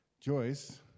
Joyce